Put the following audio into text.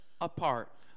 apart